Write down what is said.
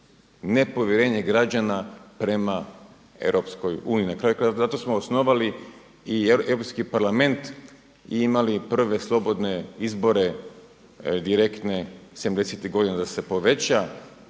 nepovjerenje građana prema EU. Na kraju krajeva zato smo osnovali i Europski parlament i imali prve slobodne izbore direktne sedamdesetih godina da se poveća